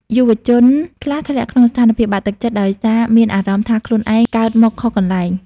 យុវជនខ្លះធ្លាក់ក្នុងស្ថានភាពបាក់ទឹកចិត្ត ដោយសារមានអារម្មណ៍ថាខ្លួនឯង "កើតមកខុសកន្លែង"។